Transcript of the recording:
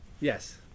Yes